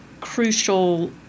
crucial